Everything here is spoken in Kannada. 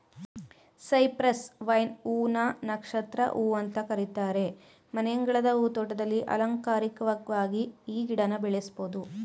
ಸೈಪ್ರಸ್ ವೈನ್ ಹೂ ನ ನಕ್ಷತ್ರ ಹೂ ಅಂತ ಕರೀತಾರೆ ಮನೆಯಂಗಳದ ಹೂ ತೋಟದಲ್ಲಿ ಅಲಂಕಾರಿಕ್ವಾಗಿ ಈ ಗಿಡನ ಬೆಳೆಸ್ಬೋದು